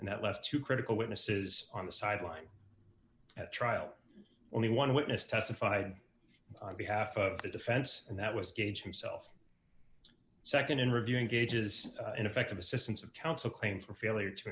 and that left two critical witnesses on the sideline at trial only one witness testified on behalf of the defense and that was gage himself second in reviewing gauges ineffective assistance of counsel claim for failure to